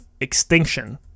extinction